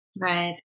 Right